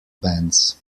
bands